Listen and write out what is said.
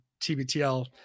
TBTL